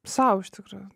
sau iš tikrųjų